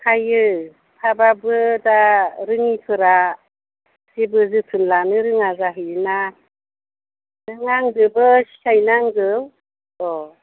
थायो थाबाबो दा रोङैफोरा जेबो जोथोन लानो रोङा जाहैयो ना नों आंजोंबो सिखायनो नांगौ अह